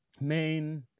main